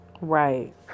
Right